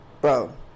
bro